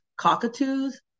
cockatoos